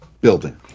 building